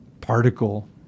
particle